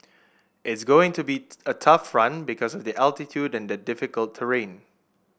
it's going to be a tough run because of the altitude and the difficult terrain